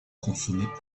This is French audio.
consommée